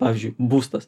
pavyzdžiui būstas